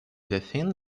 within